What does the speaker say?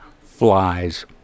flies